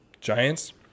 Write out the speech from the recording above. Giants